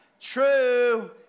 True